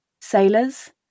sailors